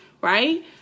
right